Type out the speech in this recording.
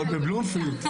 ועוד בבלומפילד.